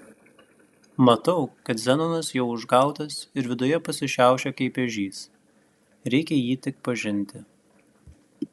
matau kad zenonas jau užgautas ir viduje pasišiaušė kaip ežys reikia jį tik pažinti